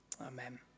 Amen